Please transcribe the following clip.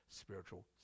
spiritual